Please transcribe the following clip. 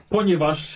Ponieważ